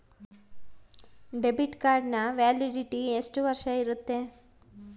Debit ಕಾರ್ಡಿನ validity ಎಷ್ಟು ವರ್ಷ ಇರುತ್ತೆ?